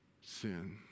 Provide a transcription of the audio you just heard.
sin